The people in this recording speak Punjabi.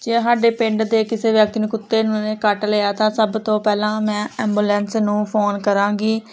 ਜੇ ਸਾਡੇ ਪਿੰਡ ਦੇ ਕਿਸੇ ਵਿਅਕਤੀ ਨੂੰ ਕੁੱਤੇ ਨੇ ਕੱਟ ਲਿਆ ਤਾਂ ਸਭ ਤੋਂ ਪਹਿਲਾਂ ਮੈਂ ਐਬੂਲੈਂਸ ਨੂੰ ਫੋਨ ਕਰਾਂਗੀ